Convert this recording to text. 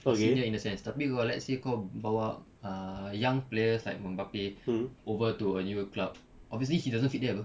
a senior in the sense tapi kalau let's say kau bawa uh young players like mbappe over to a newer club obviously he doesn't fit there [pe]